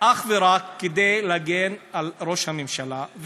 אך ורק להגן על ראש הממשלה,